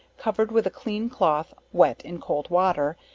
covered with a clean cloth wet in cold water,